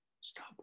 stop